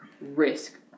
risk